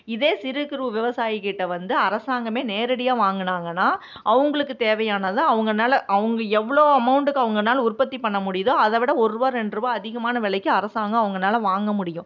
இதே சிறு குறு விவசாயி கிட்ட வந்து அரசாங்கமே நேரடியாக வாங்கினாங்கன்னா அவங்களுக்குத் தேவையானதை அவங்கனால அவங்க எவ்வளோ அமௌண்டுக்கு அவங்கனால உற்பத்தி பண்ண முடியுதோ அதைவிட ஒருரூவா ரெண்டுரூவா அதிகமான விலைக்கு அரசாங்கம் அவங்கனால வாங்க முடியும்